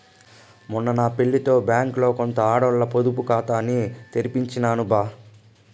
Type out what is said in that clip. మొన్న నా పెళ్లితో బ్యాంకిలో కొత్త ఆడోల్ల పొదుపు కాతాని తెరిపించినాను బా